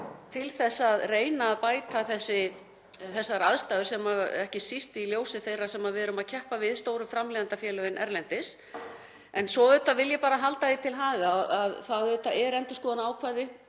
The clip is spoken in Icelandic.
til að reyna að bæta þessar aðstæður, ekki síst í ljósi þeirra sem við erum að keppa við, stóru framleiðendafélögin erlendis. En svo vil ég bara halda því til haga að það er endurskoðunarákvæði